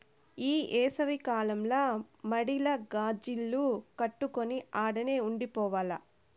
ఈ ఏసవి కాలంల మడిల గాజిల్లు కట్టుకొని ఆడనే ఉండి పోవాల్ల